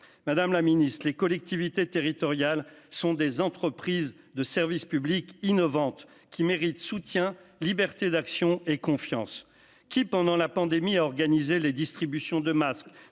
Madame la Ministre, les collectivités territoriales sont des entreprises de service public innovantes qui méritent soutien liberté d'action et confiance qui pendant la pandémie à organiser les distributions de masques